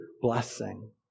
blessing